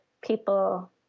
people